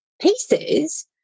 pieces